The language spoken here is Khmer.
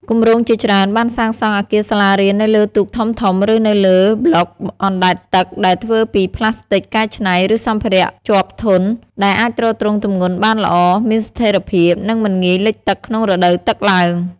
គម្រោងជាច្រើនបានសាងសង់អគារសាលារៀននៅលើទូកធំៗ ឬនៅលើប្លុកអណ្តែតទឹកដែលធ្វើពីប្លាស្ទិកកែច្នៃ ឬសម្ភារៈជាប់ធន់ ដែលអាចទ្រទ្រង់ទម្ងន់បានល្អ មានស្ថិរភាព និងមិនងាយលិចទឹកក្នុងរដូវទឹកឡើង។